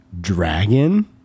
dragon